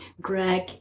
Greg